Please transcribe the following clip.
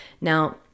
Now